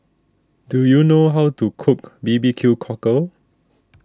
do you know how to cook B B Q Cockle